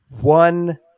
one